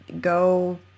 go